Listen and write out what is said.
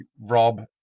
Rob